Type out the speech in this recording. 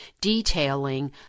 detailing